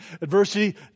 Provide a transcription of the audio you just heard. adversity